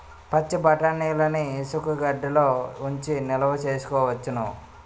పచ్చిబఠాణీలని ఇసుగెడ్డలలో ఉంచి నిలవ సేసుకోవచ్చును